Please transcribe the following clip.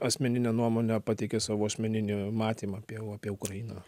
asmeninę nuomonę pateikė savo asmeninį matymą apie apie ukrainą